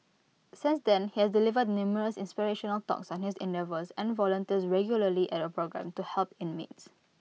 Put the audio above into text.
since then he has delivered numerous inspirational talks on his endeavours and volunteers regularly at A programme to help inmates